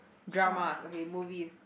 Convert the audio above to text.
dramas okay movies